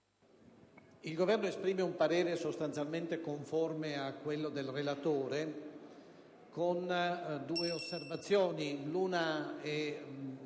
Il Governo esprime un parere sostanzialmente conforme a quello del relatore con due osservazioni.